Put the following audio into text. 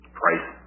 price